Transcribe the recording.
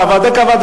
הוועדה קבעה,